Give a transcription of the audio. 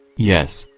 yes,